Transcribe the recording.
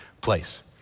place